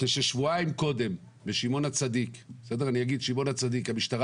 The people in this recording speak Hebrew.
כששבועיים קודם בשמעון הצדיק המשטרה